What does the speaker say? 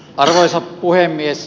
arvoisa puhemies